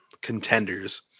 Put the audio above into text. contenders